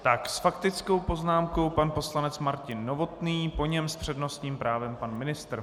S faktickou poznámkou pan poslanec Martin Novotný, po něm s přednostním právem pan ministr.